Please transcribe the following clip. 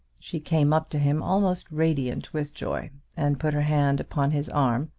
she came up to him almost radiant with joy, and put her hand upon his arm.